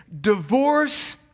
Divorce